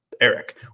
Eric